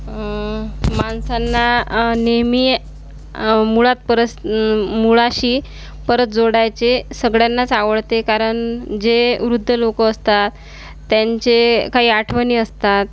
माणसांना नेहमी मुळात परस मुळाशी परत जोडायचे सगळ्यांनाच आवडते कारण जे वृद्ध लोकं असतात त्यांचे काही आठवणी असतात